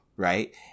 right